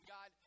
God